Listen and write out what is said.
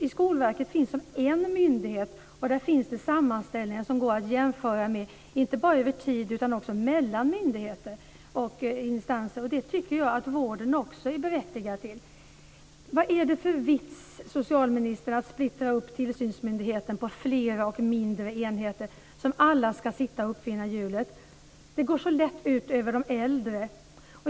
I Skolverket finns en myndighet, och där finns sammanställningar som går att jämföra med, inte bara över tid utan också mellan myndigheter och instanser. Det tycker jag att vården också är berättigad till. Vad är det för vits, socialministern, med att splittra upp tillsynsmyndigheten på flera och mindre enheter som alla ska sitta och uppfinna hjulet? Det går så lätt ut över de äldre.